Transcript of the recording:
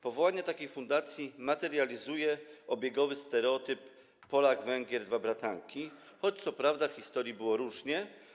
Powołanie takiej fundacji materializuje obiegowy stereotyp: Polak, Węgier, dwa bratanki, choć co prawda w historii bywało różnie.